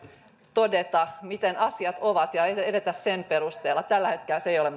todeta miten asiat ovat ja edetä sen perusteella tällä hetkellä se ei ole